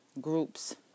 groups